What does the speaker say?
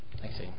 Thanks